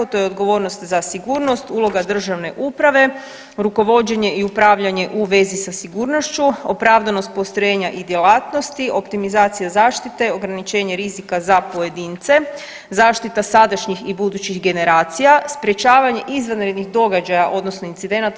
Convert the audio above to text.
To je odgovornost za sigurnost, uloga državne uprave, rukovođenje i upravljanje u vezi sa sigurnošću, opravdanost postrojenja i djelatnosti, optimizacija zaštite, ograničenje rizika za pojedince, zaštita sadašnjih i budućih generacija, sprječavanje izvanrednih događaja, odnosno incidenata.